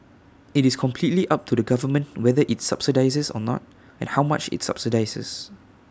IT is completely up to the government whether IT subsidises or not and how much IT subsidises